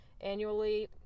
annually